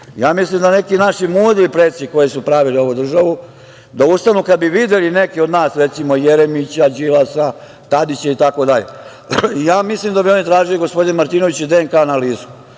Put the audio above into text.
Ja mislim da neki naši mudri preci koji su pravili ovu državu da ustanu, kad bi videli neke od nas, recimo Jeremića, Đilasa, Tadića itd, ja mislim da bi oni tražili, gospodine Martinoviću, DNK analizu.